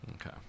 Okay